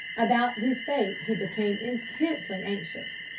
about whose fate he became intensely anxious,